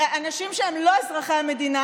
אנשים שהם לא אזרחי המדינה,